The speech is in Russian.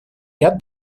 ряд